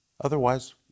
Otherwise